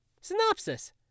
Synopsis